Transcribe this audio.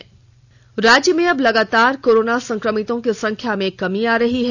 Jharkhand corona राज्य में अब लगातार कोरोना संक्रमितों की संख्या में कमी आ रही है